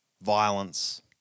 violence